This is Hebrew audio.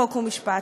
חוק ומשפט.